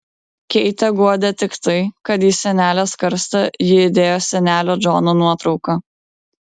keitę guodė tik tai kad į senelės karstą ji įdėjo senelio džono nuotrauką